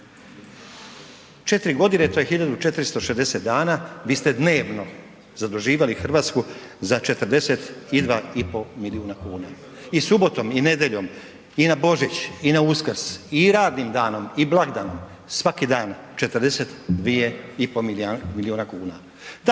kuna, 4.g. to je 1460 dana, vi ste dnevno zaduživali RH za 42,5 milijuna kuna i subotom i nedjeljom i na Božić i na Uskrs i radnim danom i blagdanom, svaki dan 42,5 milijuna kuna.